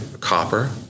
copper